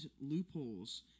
loopholes